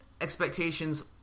expectations